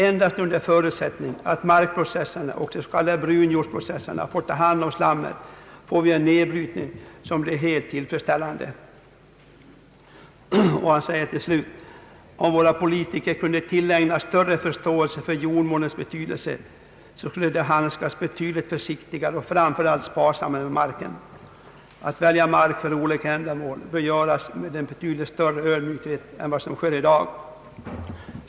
Endast under förutsättning att markprocesserna — och då de s.k. brunjordsprocesserna — får ta hand om slammet får vi en nedbrytning som blir helt tillfredsställande... Om våra politiker kunde tillägna sig större förståelse för jordmånens betydelse så skulle de handskas betydligt försiktigare och framför allt sparsammare med marken. Att välja mark för olika ändamål borde göras med en betydligt större ödmjukhet än vad som sker i dag.